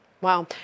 Wow